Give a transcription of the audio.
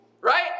right